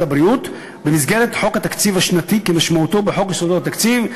הבריאות במסגרת חוק התקציב השנתי כמשמעותו בחוק יסודות התקציב,